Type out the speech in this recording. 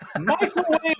microwave